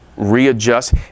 readjust